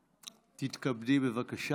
תתכבדי, בבקשה.